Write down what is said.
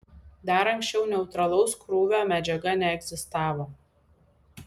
dar anksčiau neutralaus krūvio medžiaga neegzistavo